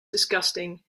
disgusting